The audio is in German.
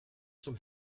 zum